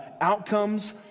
outcomes